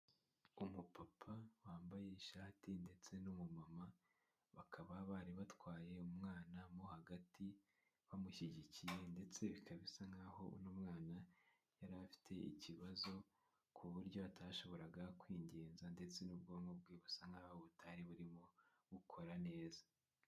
Umupapa wambaye ishati ndetse n'umumama, bakaba bari batwaye umwana mo hagati bamushyigikiye ndetse bikaba bisa nk'aho uyu mwana yari afite ikibazo ku buryo atashoboraga kwigenza ndetse n'ubwonko bwe busa nk'aho butari burimo bukora neza.